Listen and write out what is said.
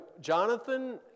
Jonathan